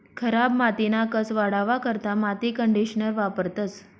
खराब मातीना कस वाढावा करता माती कंडीशनर वापरतंस